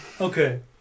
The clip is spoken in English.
Okay